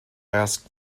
ask